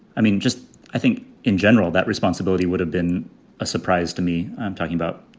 i mean, just i think in general that responsibility would have been a surprise to me. i'm talking about,